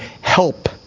help